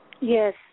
Yes